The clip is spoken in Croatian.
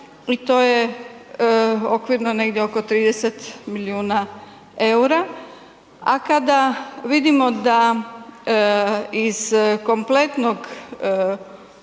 i to je okvirno negdje oko 30 milijuna eura, a kada vidimo da iz kompletnog